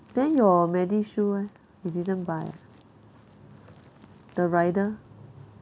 then your medishield eh you didn't buy ah the rider